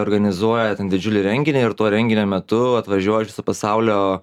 organizuoja ten didžiulį renginį ir to renginio metu atvažiuoja iš viso pasaulio